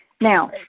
Now